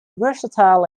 versatile